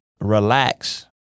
relax